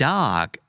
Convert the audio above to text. Dog